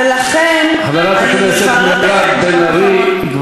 איך זה שהם מפסידים,